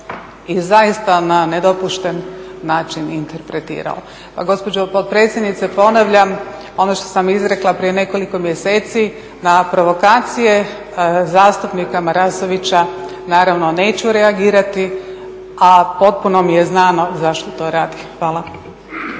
i zaista na nedopušten način interpretirao. Gospođo potpredsjednice ponavljam, ono što sam izrekla prije nekoliko mjeseci na provokacije zastupnika Marasovića naravno neću reagirati, a potpuno mi je znano zašto to radi. Hvala.